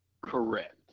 Correct